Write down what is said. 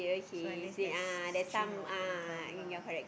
so at least there's stream of income lah